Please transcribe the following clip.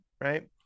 right